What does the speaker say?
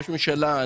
ראש ממשלה,